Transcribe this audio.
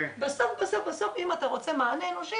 בסוף בסוף בסוף אם אתה רוצה מענה אנושי,